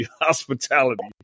hospitality